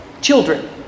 Children